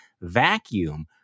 vacuum